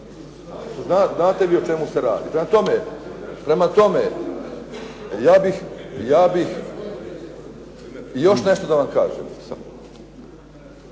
Znate vi o čemu se radi. Prema tome, ja bih. I još nešto da vam kažem.